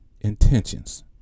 intentions